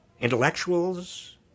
Intellectuals